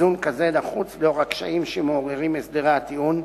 איזון כזה נחוץ לאור הקשיים שמעוררים הסדרי הטיעון,